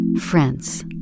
friends